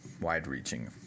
wide-reaching